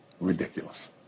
Ridiculous